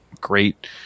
great